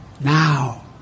Now